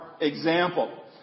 example